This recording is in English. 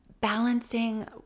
balancing